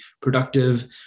productive